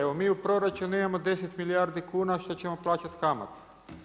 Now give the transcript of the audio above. Evo mi u proračunu imamo 10 milijardi kuna, što ćemo plaćati kamate.